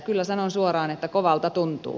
kyllä sanon suoraan että kovalta tuntuu